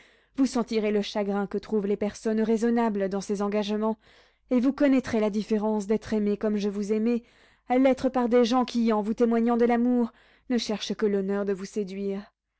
vous sentirez le chagrin que trouvent les personnes raisonnables dans ces engagements et vous connaîtrez la différence d'être aimée comme je vous aimais à l'être par des gens qui en vous témoignant de l'amour ne cherchent que l'honneur de vous séduire